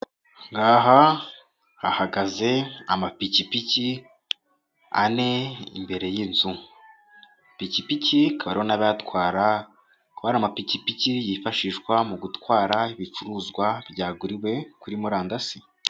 Aha hahagaze amapikipiki ane imbere y'inzu. Ipikipiki hakaba hariho n'abayatwara akaba ari amapikipiki yifashishwa mu gutwara ibicuruzwa byaguriwe kuri murandasi.